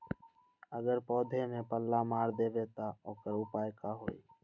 अगर पौधा में पल्ला मार देबे त औकर उपाय का होई?